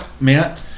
man